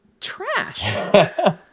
trash